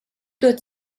good